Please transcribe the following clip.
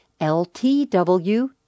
ltw